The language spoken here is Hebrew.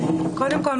קודם כל,